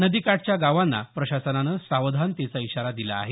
नदीकाठच्या गावांना प्रशासनानं सावधानतेचा इशारा दिला आहे